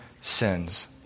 sins